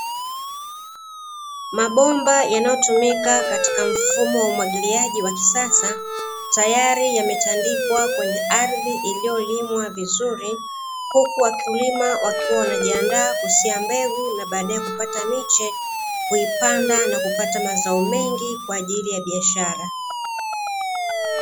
Mabomba yanayotumika katika umwagiliaji wa kisasa, tayari yametandikwa kwenye ardhi iliyolimwa vizuri, huku wakulima wakiwa wanajiandaa kupanda mbegu na baadae kupata miche ya kuipanda na kupata mazao mengi kwa ajili ya biashara.